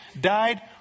died